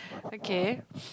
okay